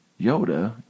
Yoda